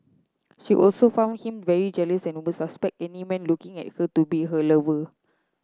she also found him very jealous and would suspect any man looking at her to be her lover